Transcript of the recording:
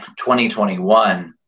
2021